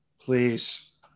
Please